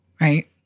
Right